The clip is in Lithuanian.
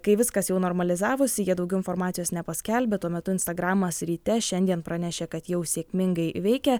kai viskas jau normalizavosi jie daugiau informacijos nepaskelbė tuo metu instagramas ryte šiandien pranešė kad jau sėkmingai veikia